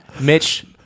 Mitch